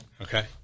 Okay